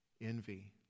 envy